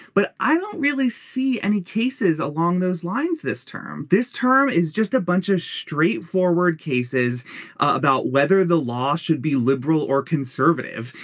but i don't really see any cases along those lines this term. this term is just a bunch of straight forward cases about whether the law should be liberal or conservative.